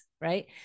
Right